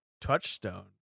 touchstone